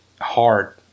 hard